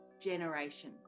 generation